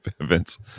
events